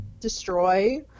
destroy